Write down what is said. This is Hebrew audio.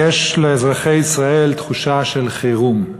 יש לאזרחי ישראל תחושה של חירום.